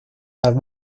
las